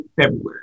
February